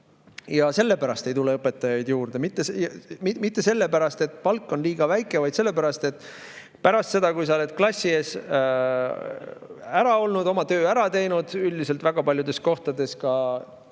Ja sellepärast ei tule õpetajaid juurde. Mitte sellepärast, et palk on liiga väike, vaid sellepärast, et pärast seda, kui sa oled klassi ees ära olnud, oma töö ära teinud, üldiselt väga paljudes kohtades ka